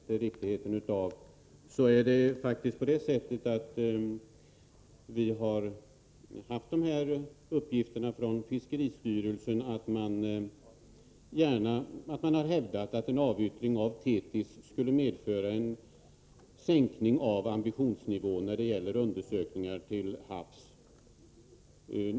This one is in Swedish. Herr talman! Reservationen om forskningsfartyget Thetis ifrågasätter Jens Eriksson riktigheten av, men vi har faktiskt fått den uppgiften från fiskeristyrelsen att en avyttring skulle medföra en sänkning av ambitionsnivån när det gäller undersökningar till havs.